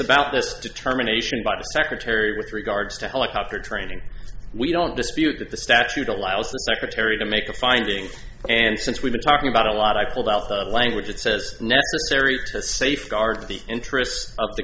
about this determination by the secretary with regards to helicopter training we don't dispute that the statute allows the secretary to make a finding and since we've been talking about a lot i pulled out the language it says necessary to safeguard the interests of the